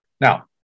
Now